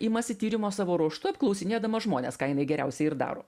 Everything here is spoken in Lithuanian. imasi tyrimo savo ruožtu apklausinėdama žmones ką jinai geriausiai ir daro